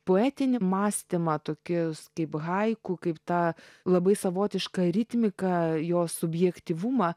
poetinį mąstymą tokius kaip haiku kaip tą labai savotišką ritmiką jo subjektyvumą